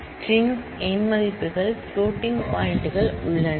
string எண் மதிப்புகள் floating point உள்ளன